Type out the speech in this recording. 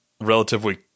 relatively